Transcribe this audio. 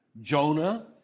Jonah